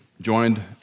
joined